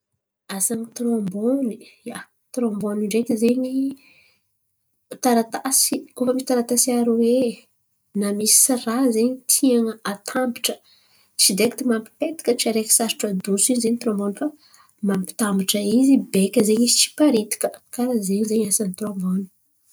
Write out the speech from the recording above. Asan’ny tirombony. Ia, tirombony io zen̈y taratasy koa fa misy taratasy na taratasy aroe tian̈a atambatra tsy direkity araiky mampitambatra araiky. Sarotro adoso in̈y fa mampitambatatra izy beka zen̈y izy tsy hiparitaka.